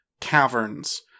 caverns